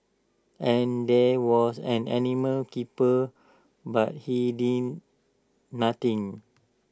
and there was an animal keeper but he did nothing